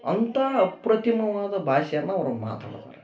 ಅಂಥ ಅಪ್ರತಿಮವಾದ ಭಾಷೆಯನ್ನು ಅವರು ಮಾತಾಡ್ತಾರೆ